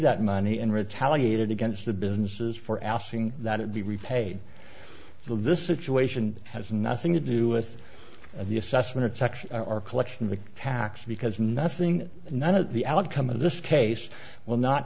that money and retaliated against the businesses for asking that it be repaid so this situation has nothing to do with the assessment section or collection of the tax because nothing none of the outcome of this case will not